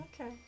Okay